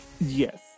Yes